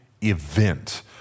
event